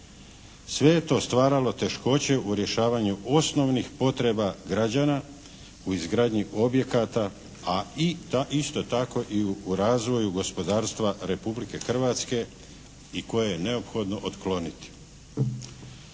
Sve je to stvaralo teškoće u rješavanju osnovnih potreba građana u izgradnji objekata, a isto tako i u razvoju gospodarstva Republike Hrvatske i koje je neophodno otkloniti.